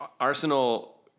Arsenal